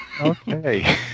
Okay